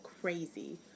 crazy